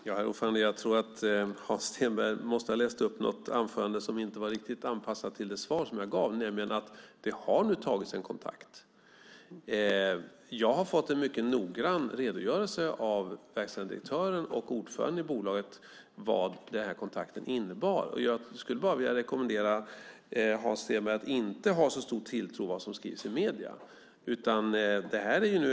Herr talman! Hans Stenberg måste ha läst upp ett anförande som inte var riktigt anpassat till det svar jag gav. Det har ju tagits en kontakt. Jag har fått en mycket noggrann redogörelse av verkställande direktören och ordföranden i bolaget för vad kontakten innebar, och jag rekommenderar Hans Stenberg att inte ha så stor tilltro till vad som skrivs i medierna.